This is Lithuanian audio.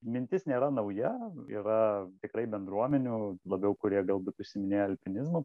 mintis nėra nauja yra tikrai bendruomenių labiau kurie galbūt užsiiminėja alpinizmu